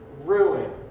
Ruin